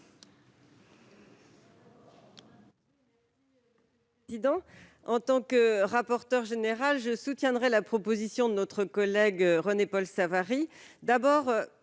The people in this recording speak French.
En tant que rapporteure générale, je soutiens la proposition de notre collègue René-Paul Savary. Tout